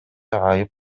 айып